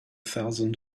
thousand